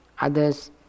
others